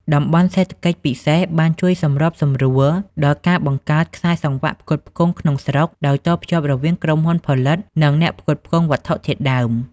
តំបន់សេដ្ឋកិច្ចពិសេស បានជួយសម្របសម្រួលដល់ការបង្កើត "ខ្សែសង្វាក់ផ្គត់ផ្គង់ក្នុងស្រុក" ដោយតភ្ជាប់រវាងក្រុមហ៊ុនផលិត និងអ្នកផ្គត់ផ្គង់វត្ថុធាតុដើម។